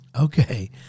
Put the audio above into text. Okay